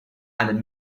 and